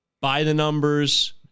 by-the-numbers